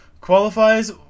qualifies